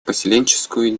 поселенческую